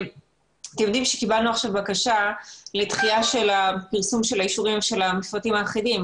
קיבלנו עכשיו בקשה לדחייה של הפרטים האחרים,